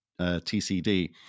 tcd